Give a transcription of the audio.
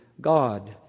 God